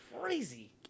crazy